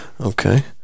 okay